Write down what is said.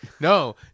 No